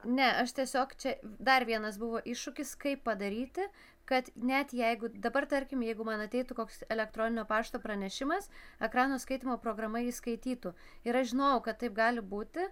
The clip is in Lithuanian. ne aš tiesiog čia dar vienas buvo iššūkis kaip padaryti kad net jeigu dabar tarkim jeigu man ateitų koks elektroninio pašto pranešimas ekrano skaitymo programa jį skaitytų ir aš žinojau kad taip gali būti